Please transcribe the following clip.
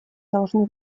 должны